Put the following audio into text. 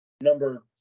number